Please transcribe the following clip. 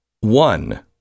one